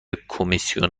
کمیسیون